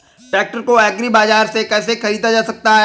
Tractor को agri बाजार से कैसे ख़रीदा जा सकता हैं?